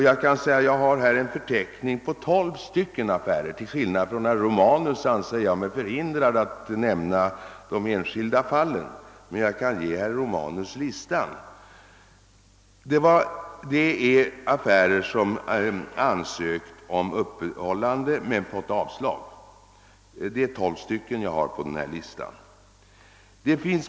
Jag har här en förteckning på tolv affärer — till skillnad från herr Romanus anser jag mig förhindrad att ta upp de enskilda fallen men jag kan ge herr Romanus listan — som ansökt om utsträckt öppethållande men fått avslag på sin begäran.